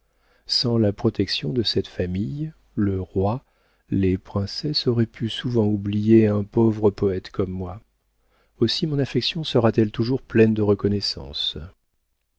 sans la protection de cette famille le roi les princesses auraient pu souvent oublier un pauvre poëte comme moi aussi mon affection sera-t-elle toujours pleine de reconnaissance